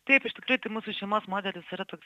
taip iš tikrųjų tai mūsų šeimos modelis yra toks